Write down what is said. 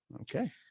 okay